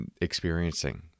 experiencing